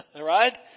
right